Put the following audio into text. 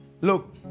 Look